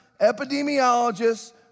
epidemiologists